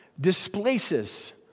displaces